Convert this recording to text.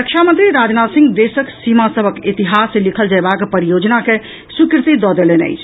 रक्षामंत्री राजनाथ सिंह देशक सीमा सभक इतिहास लिखल जयबाक परियोजना के स्वीकृति दऽ देलनि अछि